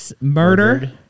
Murder